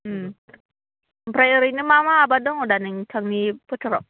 ओमफ्राय ओरैनो मा मा आबाद दङ दा नोंथांनि फोथाराव